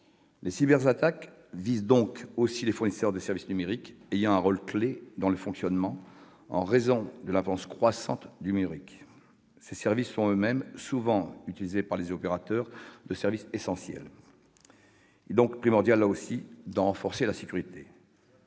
Les cyberattaques visent aussi les fournisseurs de services numériques, lesquels jouent un rôle clef en raison de l'importance croissante du numérique. Ces services sont eux-mêmes souvent utilisés par les opérateurs de services essentiels. Il est donc primordial d'en renforcer la sécurité.